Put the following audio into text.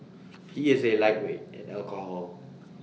he is A lightweight in alcohol